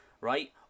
right